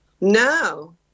No